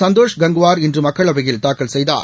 சந்தோஷ் கங்குவார் இன்று மக்களவையில் தாக்கல் செய்தார்